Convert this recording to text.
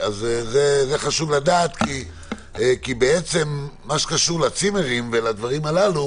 חשוב לדעת, כי מה שקשור לצימרים ולדברים הללו